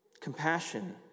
Compassion